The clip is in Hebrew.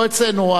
לא אצלנו.